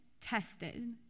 tested